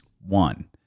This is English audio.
One